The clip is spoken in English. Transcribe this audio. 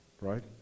right